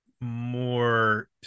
more